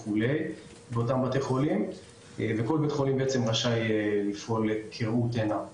אחיות וכולי - באותם בתי חולים וכל בית חולים רשאי לפעול כראות עיניו.